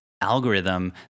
algorithm